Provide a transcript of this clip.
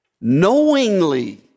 Knowingly